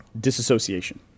disassociation